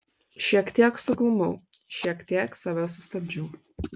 šiek tiek suglumau šiek tiek save sustabdžiau